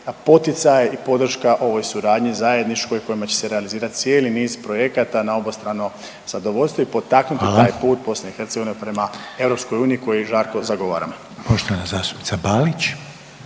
poticaj i podrška ovoj suradnji, zajedničkoj kojima će se realizirati cijeli niz projekata na obostrano zadovoljstvo i potaknuti taj … .../Upadica: Hvala./... … put BiH prema EU koji žarko zagovaramo.